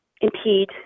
impede